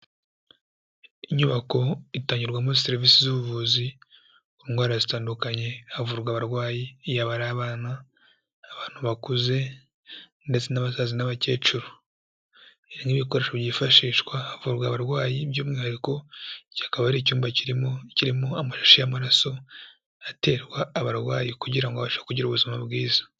Inyubako itangirwamo serivisi z'ubuvuzi ku ndwara zitandukanye, havurwa abarwayi yaba ari abana, abantu bakuze ndetse n'abasaza n'abakecuru. Irimo ibikoresho byifashishwa havurwa abarwayi, by'umwihariko iki akaba ari icyumba kirimo kirimo amashashi y'amaraso aterwa abarwayi kugira ngo babashe kugira ubuzima bwiza.